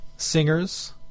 singers